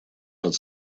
под